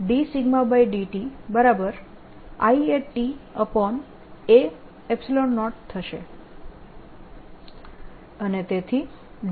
અને તેથી